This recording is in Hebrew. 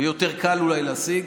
יהיה יותר קל להשיג.